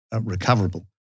recoverable